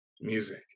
music